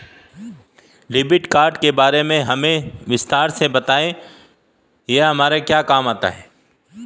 Debit card के बारे में हमें विस्तार से बताएं यह क्या काम आता है?